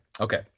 Okay